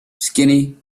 skinny